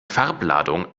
farbladung